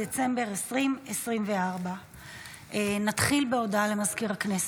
בדצמבר 2024. נתחיל בהודעה למזכיר הכנסת.